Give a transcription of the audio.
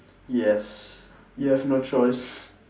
yes you have no choice